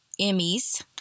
Emmys